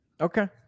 okay